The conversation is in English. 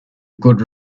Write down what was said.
good